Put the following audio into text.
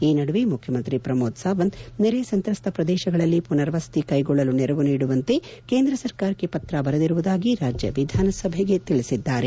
ಈ ನಡುವೆ ಮುಖ್ಯಮಂತ್ರಿ ಪ್ರಮೋದ್ ಸಾವಂತ್ ನೆರೆ ಸಂತ್ರಸ್ತ ಪ್ರದೇಶಗಳಲ್ಲಿ ಮನರ್ ವಸತಿ ಕೈಗೊಳ್ಳಲು ನೆರವು ನೀಡುವಂತೆ ಕೇಂದ್ರ ಸರ್ಕಾರಕ್ಕೆ ಪತ್ರ ಬರೆದಿರುವುದಾಗಿ ರಾಜ್ಯ ವಿಧಾನಸಭೆಗೆ ತಿಳಿಸಿದ್ದಾರೆ